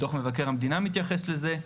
דוח מבקר המדינה מתייחס לזה.